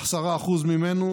10% ממנו.